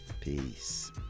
Peace